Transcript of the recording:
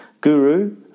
guru